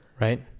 Right